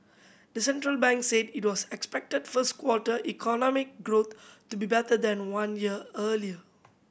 the central bank said it expected first quarter economic growth to be better than one year earlier